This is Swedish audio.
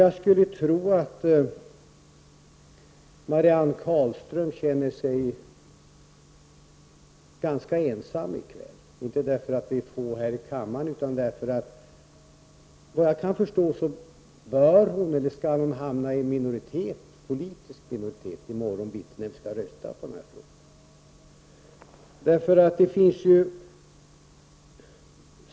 Jag skulle tro att Marianne Carlström känner sig ganska ensam i kväll — inte för att det är få här i kammaren utan därför att hon kommer att hamna i en politisk minoritet när det i morgon bitti blir dags för omröstning.